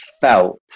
felt